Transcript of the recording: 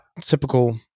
Typical